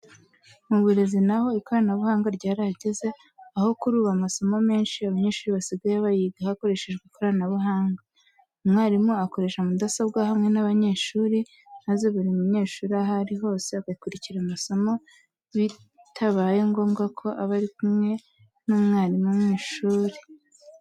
Mu burezi na ho ikoranabuhanga ryarahageze, aho kuri ubu amasomo menshi abanyeshuri basigaye bayiga hakoreshewe ikoranabuhanga. Umwarimu akoresha mudasobwa hamwe n'abanyeshuri maze buri munyeshuri aho ari hose agakurikira amasomo bitabaye ngombwa ko aba ari kumwe n'umwarimu mu ishuri.